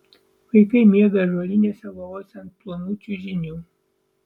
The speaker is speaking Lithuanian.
vaikai miega ąžuolinėse lovose ant plonų čiužinių